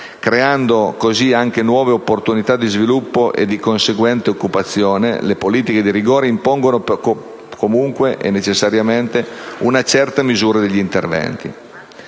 creando così anche nuove opportunità di sviluppo e di conseguente occupazione, le politiche di rigore impongono necessariamente una certa misura negli interventi.